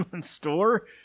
store